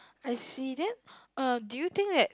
I see then uh do you think that